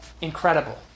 incredible